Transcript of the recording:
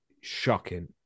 shocking